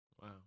Wow